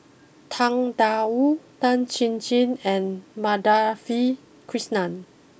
Tang Da Wu Tan Chin Chin and Madhavi Krishnan